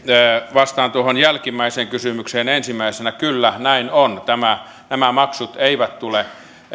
vastaan tuohon jälkimmäiseen kysymykseen ensimmäisenä kyllä näin on nämä maksut eivät tule